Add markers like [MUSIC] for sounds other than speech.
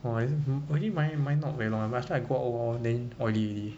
!wah! [NOISE] actually my my not very I go out a while then oily already